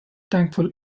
thankful